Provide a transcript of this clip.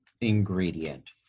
ingredient